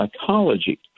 psychology